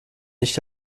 nicht